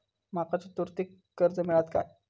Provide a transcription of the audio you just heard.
माका चतुर्थीक कर्ज मेळात काय?